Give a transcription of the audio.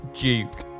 Duke